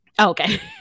okay